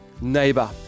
neighbor